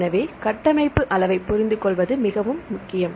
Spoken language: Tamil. எனவே கட்டமைப்பு அளவைப் புரிந்துகொள்வது மிகவும் முக்கியம்